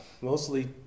Mostly